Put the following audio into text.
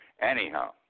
Anyhow